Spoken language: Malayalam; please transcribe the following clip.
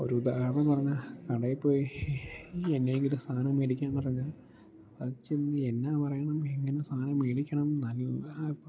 ഒരു ഉദാഹണം പറഞ്ഞാൽ കടയിൽ പോയി എന്തെങ്കിലും സാധനം മേടിക്കാൻ പറഞ്ഞാൽ അവിടെച്ചെന്ന് എന്തു പറയണം എങ്ങനെ സാധനം മേടിക്കണം എന്നു നല്ല